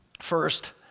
First